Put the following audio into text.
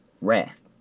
Wrath